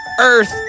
Earth